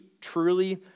truly